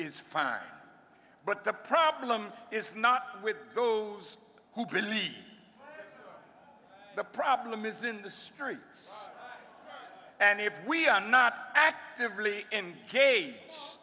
is fine but the problem is not with those who believe the problem is in the streets and if we are not actively